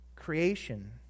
creation